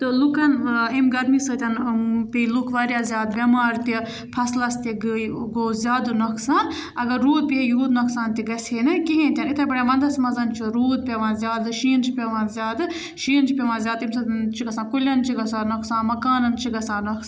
تہٕ لوٗکَن ٲں اَمہِ گرمی سۭتۍ پیٚے لوٗکھ واریاہ زیادٕ بیٚمار تہِ فَصلَس تہِ گٔے گوٚو زیادٕ نۄقصان اگر روٗد پیٚیہِ ہے یوٗت نۄقصان تہِ گَژھہِ ہے نہٕ کِہیٖنۍ تہِ نہٕ یِتھَے پٲٹھۍ وَنٛدَس منٛز چھُ روٗد پیٚوان زیادٕ شیٖن چھُ پیٚوان زیادٕ شیٖن چھُ پیٚوان زیادٕ تمہِ سۭتۍ چھُ گَژھان کُلیٚن چھُ گَژھان نۄقصان مَکانَن چھُ گژھان نۄقصان